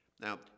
Now